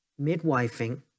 midwifing